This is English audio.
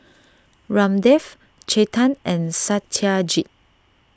Ramdev Chetan and Satyajit